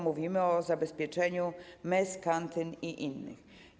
Mówimy o zabezpieczeniu mes, kantyn i innych.